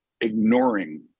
ignoring